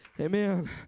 Amen